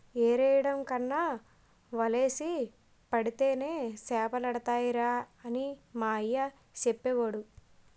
ఎరెయ్యడం కన్నా వలేసి పడితేనే సేపలడతాయిరా అని మా అయ్య సెప్పేవోడు